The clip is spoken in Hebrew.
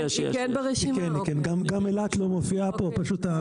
גם אילת לא מופיעה בו.